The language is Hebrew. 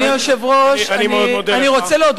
אני מאוד מודה לך.